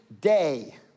day